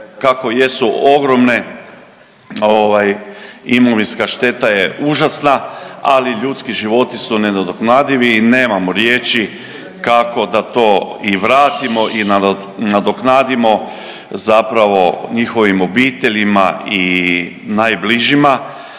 kako jesu ogromne imovinska šteta je užasna, ali ljudski životi su nenadoknadivi i nemao riječi kako da to i vratimo i nadoknadimo zapravo njihovim obiteljima i najbližima.